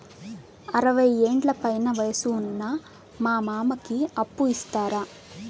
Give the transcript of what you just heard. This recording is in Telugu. అరవయ్యేండ్ల పైన వయసు ఉన్న మా మామకి అప్పు ఇస్తారా